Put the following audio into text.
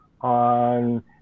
on